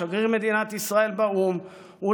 שגריר מדינת ישראל באו"ם,